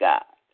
God